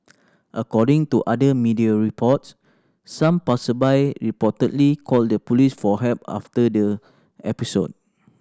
according to other media reports some passersby reportedly called the police for help after the episode